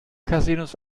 casinos